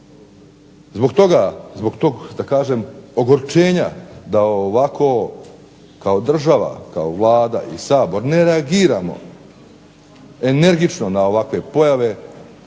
Zbog toga, zbog tog da kažem ogorčenja da ovako kao država, kao Vlada i Sabor ne reagiramo energično na ovakve pojave